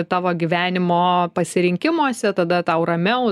tavo gyvenimo pasirinkimuose tada tau ramiau